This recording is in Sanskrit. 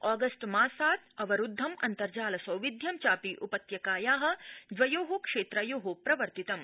ऑगस्त मासात् अवरूद्व अन्तर्जाल सौविध्यं चापि उपत्यकाया द्वयो क्षेत्रयो प्रवर्तितम्